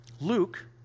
Luke